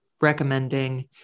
recommending